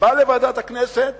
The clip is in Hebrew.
שבא לוועדת הכנסת